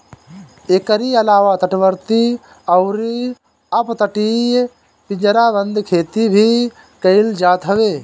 एकरी अलावा तटवर्ती अउरी अपतटीय पिंजराबंद खेती भी कईल जात हवे